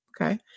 Okay